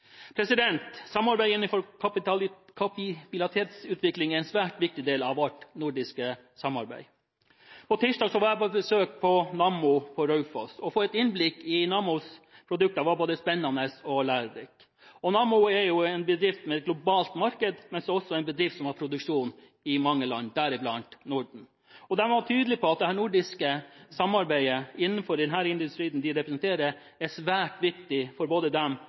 Samarbeidet innenfor kapabilitetsutvikling er en svært viktig del av vårt nordiske samarbeid. På tirsdag var jeg på besøk på Nammo på Raufoss. Å få et innblikk i Nammos produkter var både spennende og lærerikt. Nammo er en bedrift med et globalt marked, men også en bedrift som har produksjon i mange land, deriblant Norden. De var tydelige på at det nordiske samarbeidet innenfor den industrien de representerer, er svært viktig for både dem